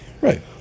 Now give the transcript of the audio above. Right